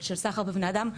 של סחר בבני אדם,